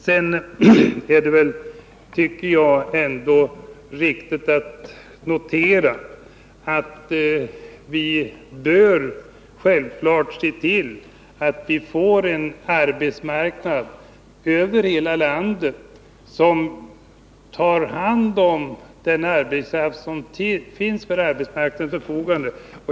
Sedan är det riktigt att notera att vi självfallet bör se till att vi får en arbetsmarknad över hela landet som tar hand om den arbetskraft som finns till arbetsmarknadens förfogande.